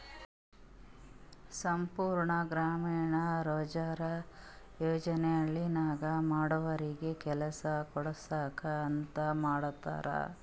ಸಂಪೂರ್ಣ ಗ್ರಾಮೀಣ ರೋಜ್ಗಾರ್ ಯೋಜನಾ ಹಳ್ಳಿನಾಗ ಬಡವರಿಗಿ ಕೆಲಸಾ ಕೊಡ್ಸಾಕ್ ಅಂತ ಮಾಡ್ಯಾರ್